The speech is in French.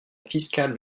fiscale